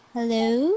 Hello